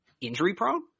injury-prone